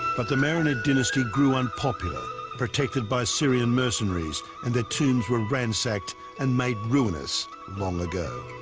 but the marinid dynasty grew unpopular protected by syrian mercenaries and their tombs were ransacked and made ruinous long ago